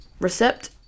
Recept